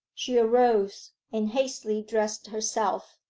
she arose, and hastily dressed herself.